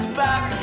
back